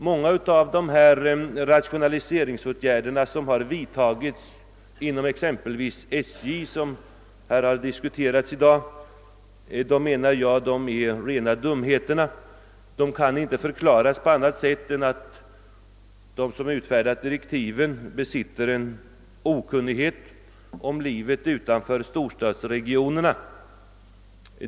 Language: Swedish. Många av de rationaliseringsåtgärder som har vidtagits inom exempelvis SJ, som har diskuterats i dag, menar jag är rena dumheterna. De kan inte förklaras på annat sätt än att de som har utfärdat direktiven är okunniga om livet utanför storstadsregionerna.